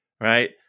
right